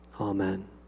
Amen